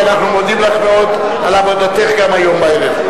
אנחנו מודים לך מאוד על עבודתך גם היום בערב.